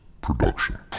production